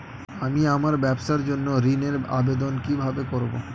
আমি আমার ব্যবসার জন্য ঋণ এর আবেদন কিভাবে করব?